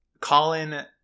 Colin